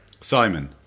Simon